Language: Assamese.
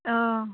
অঁ